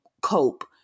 cope